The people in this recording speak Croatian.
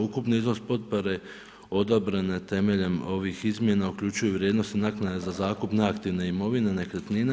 Ukupni iznos potpore odabrane temeljem ovih izmjena uključuju vrijednosti naknade za zakup neaktivne imovine nekretnina.